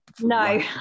No